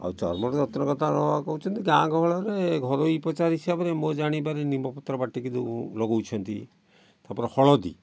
ଆଉ ଚର୍ମରେ ଯତ୍ନ କଥା ନେବା କହୁଛନ୍ତି ଗାଁ ଗହଳରେ ଘରୋଇ ଉପଚାର ହିସାବରେ ମୋ ଜାଣିବାରେ ନିମ୍ବ ପତ୍ର ବାଟିକି ଯେଉଁ ଲଗାଉଛନ୍ତି ତା'ପରେ ହଳଦୀ